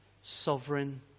sovereign